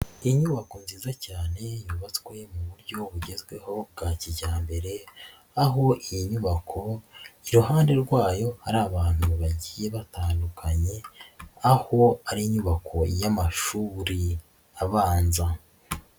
Inyubako nziza cyane yubatswe mu buryo bugezweho bwa kijyambere aho iyi nyubako iruhande rwayo hari abantu bagiye batandukanye aho ari inyubako y'amashuri abanza.